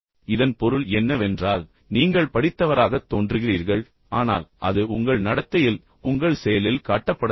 இதன் பொருள் என்னவென்றால் நீங்கள் படித்தவராகத் தோன்றுகிறீர்கள் ஆனால் அது உங்கள் நடத்தையில் உங்கள் செயலில் காட்டப்படவில்லை